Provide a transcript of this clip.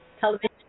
television